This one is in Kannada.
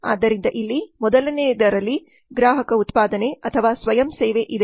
ಆದ್ದರಿಂದ ಇಲ್ಲಿ ಮೊದಲನೆಯದರಲ್ಲಿ ಗ್ರಾಹಕ ಉತ್ಪಾದನೆ ಅಥವಾ ಸ್ವಯಂ ಸೇವೆ ಇದೆ